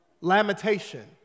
lamentation